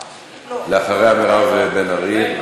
אחריה, מירב בן ארי.